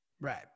Right